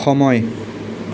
সময়